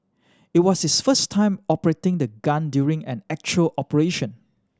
it was his first time operating the gun during an actual operation